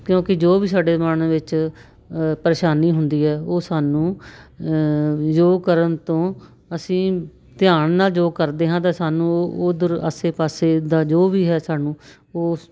ਕਿਉਂਕਿ ਜੋ ਵੀ ਸਾਡੇ ਮਨ ਵਿੱਚ ਪਰੇਸ਼ਾਨੀ ਹੁੰਦੀ ਹੈ ਉਹ ਸਾਨੂੰ ਯੋਗ ਕਰਨ ਤੋਂ ਅਸੀਂ ਧਿਆਨ ਨਾਲ ਜੋ ਕਰਦੇ ਹਾਂ ਤਾਂ ਸਾਨੂੰ ਉੱਧਰ ਆਸੇ ਪਾਸੇ ਦਾ ਜੋ ਵੀ ਹੈ ਸਾਨੂੰ ਉਹ